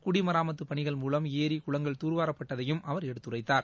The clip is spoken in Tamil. குடிமராமத்துப்பணிகள் மூலம் ஏரி குளங்கள் துர்வாரப்பட்டதையும் அவர் எடுத்துளரத்தார்